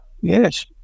Yes